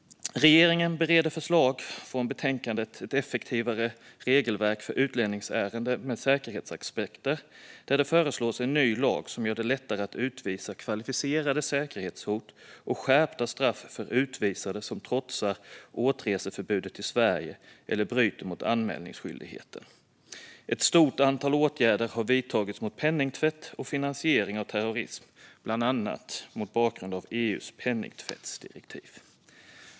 Regeringen bereder förslag från betänkandet Ett effektivare regelverk för utlänningsärenden med säkerhetsaspekter , där det föreslås en ny lag som gör det lättare att utvisa kvalificerade säkerhetshot och skärpta straff för utvisade som trotsar återreseförbudet till Sverige eller bryter mot anmälningsskyldigheten. Ett stort antal åtgärder har vidtagits mot penningtvätt och finansiering av terrorism, bland annat mot bakgrund av EU:s penningtvättsdirektiv.